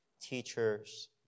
teachers